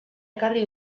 ekarri